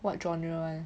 what genre [one]